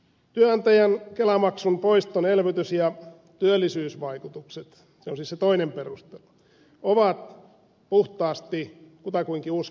työnantajan kelamaksun poiston elvytys ja työllisyysvaikutukset se on siis se toinen perustelu ovat puhtaasti kutakuinkin uskon varassa